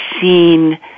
seen